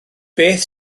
beth